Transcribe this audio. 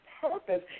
purpose